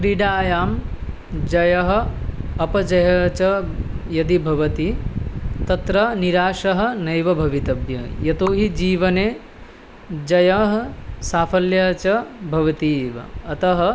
क्रीडायां जयः अपजयः च यदि भवति तत्र निराशा नैव भवितव्या यतो हि जीवने जयः साफल्यं च भवति एव अतः